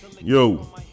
Yo